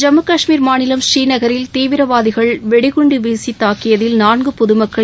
ஜம்மு கஷ்மீர் மாநிலம் ஸ்ரீநகரில் தீவிரவாதிகள் வெடிகுண்டு வீசித் தாக்கியதில் நான்கு பொது மக்கள்